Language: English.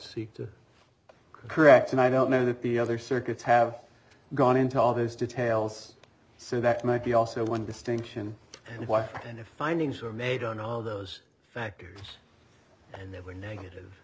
seek to correct and i don't know that the other circuits have gone into all those details so that might be also one distinction and washington if findings were made on all those factors and there were negative